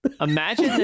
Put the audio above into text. Imagine